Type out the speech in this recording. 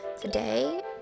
today